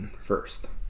first